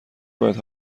باید